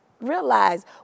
Realize